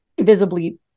visibly